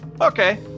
Okay